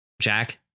Jack